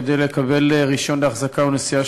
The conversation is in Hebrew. ואף שלחלקם היה רישיון להחזקה ולנשיאה